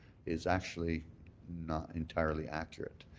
is actually not entirely accurate.